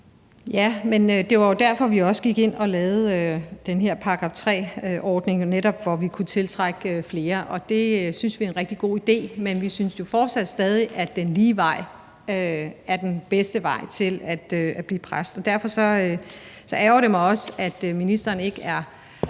Men det var jo derfor, vi gik ind og lavede den her § 3-ordning, altså for netop at kunne tiltrække flere, og det synes vi er en rigtig god idé. Men vi synes stadig, at den lige vej er den bedste vej til at blive præst, og derfor ærgrer det mig også, at ministeren ikke er